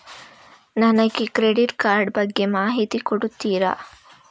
ನನಗೆ credit card ಬಗ್ಗೆ ಮಾಹಿತಿ ಕೊಡುತ್ತೀರಾ?